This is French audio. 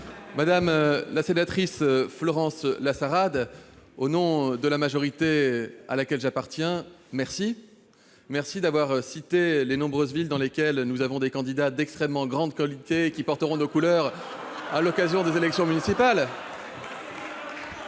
Madame la sénatrice, au nom de la majorité à laquelle j'appartiens, je vous remercie d'avoir cité les nombreuses villes dans lesquelles nous présentons des candidats de très grande qualité qui porteront nos couleurs à l'occasion des élections municipales.